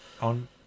on